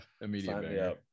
immediate